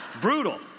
Brutal